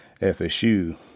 FSU